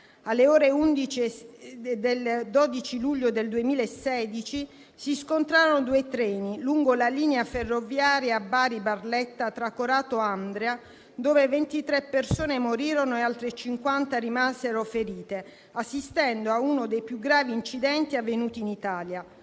Alle ore 11 del 12 luglio 2016 si scontrarono due treni lungo la linea ferroviaria Bari-Barletta, tra Corato e Andria: morirono 23 persone e altre 50 rimasero ferite, in uno dei più gravi incidenti avvenuti in Italia,